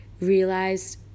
realized